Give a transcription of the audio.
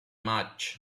much